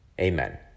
amen